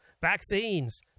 vaccines